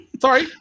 Sorry